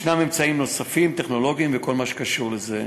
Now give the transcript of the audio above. יש אמצעים נוספים, טכנולוגיים וכל מה שקשור לזה.